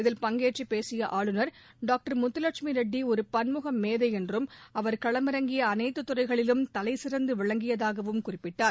இதில் பங்கேற்றுப் பேசிய ஆளுநர் டாக்டர் முத்துலட்சுமி ரெட்டி ஒரு பன்முக மேதை என்றும் அவர் களமிறங்கிய அனைத்துத் துறைகளிலும் தலைசிறந்து விளங்கியதாகவும் குறிப்பிட்டார்